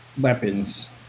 weapons